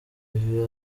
ibi